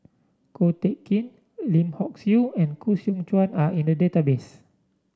Ko Teck Kin Lim Hock Siew and Koh Seow Chuan are in the database